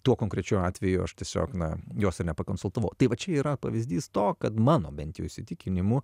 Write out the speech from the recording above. tuo konkrečiu atveju aš tiesiog na jos ir nepakonsultavau tai va čia yra pavyzdys to kad mano bent jau įsitikinimu